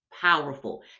powerful